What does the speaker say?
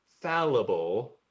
fallible